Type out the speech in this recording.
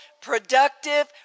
productive